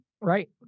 Right